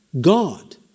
God